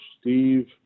Steve